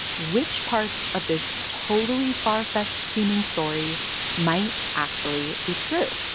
which parts of this totally far-fetched-seeming story might actually be true.